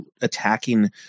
attacking